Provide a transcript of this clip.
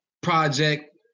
project